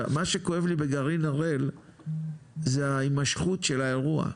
מה שכואב לי בגרעין הראל זה הימשכות האירוע,